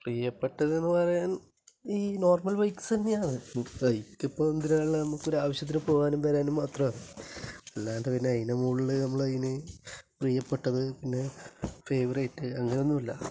പ്രിയപ്പെട്ടതെന്ന് പറയാൻ ഈ normal bikes തന്നെയാണ് ബൈക്ക് ഇപ്പം എന്തിനുള്ളത് നമുക്ക് ഒരു ആവശ്യത്തിന് പോകാനും വരാനും മാത്രാണ് അല്ലാതെ അതിൻ്റെ മോൾല് നമ്മൾ അതിന് പ്രിയപ്പെട്ടത് പിന്നെ ഫേവറേറ്റ് അങ്ങനെ ഒന്നുമില്ല